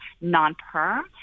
non-perm